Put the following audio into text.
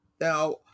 Now